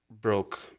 broke